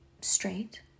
straight